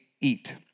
eat